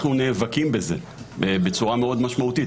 אנחנו נאבקים בזה בצורה מאוד משמעותית.